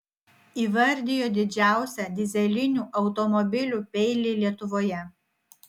įvardijo didžiausią dyzelinių automobilių peilį lietuvoje